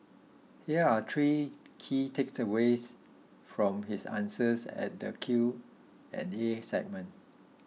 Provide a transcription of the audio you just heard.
here are three key takeaways from his answers at the Q and the A segment